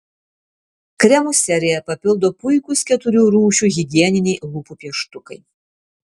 kremų seriją papildo puikūs keturių rūšių higieniniai lūpų pieštukai